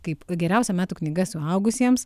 kaip geriausia metų knyga suaugusiems